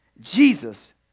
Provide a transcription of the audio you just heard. Jesus